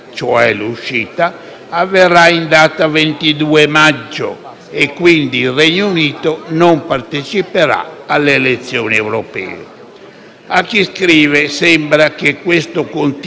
e quindi il Regno Unito non parteciperà alle elezioni europee. A chi scrive sembra che questo continuo rinvio si atteggi a una vera e propria farsa: